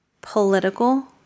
political